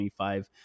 25